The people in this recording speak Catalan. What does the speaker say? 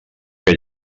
que